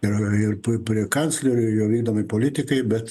ir ir prie prie kanclerio jo vykdomai politikai bet